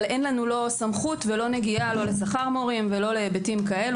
אין לנו סמכות או נגיעה לא לשכר מורים ולא להיבטים כאלה.